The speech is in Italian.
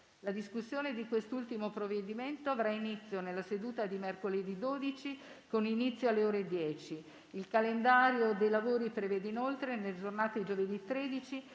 La discussione di quest'ultimo provvedimento avrà inizio nella seduta di mercoledì 12, con inizio alle ore 10. Il calendario dei lavori prevede, inoltre, nella giornata di giovedì 13